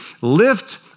lift